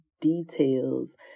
details